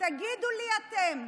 תגידו לי אתם: